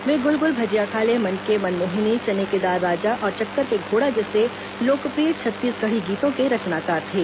वे गुल गुल भजिया खा ले मन के मन मोहिनी चना के दार राजा और चक्कर के घोड़ा जैसे लोकप्रिय छत्तीसगढ़ी गीतों के रचनाकार थे